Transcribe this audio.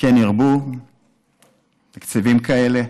כן ירבו תקציבים כאלה.